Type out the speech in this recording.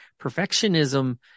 perfectionism